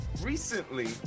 recently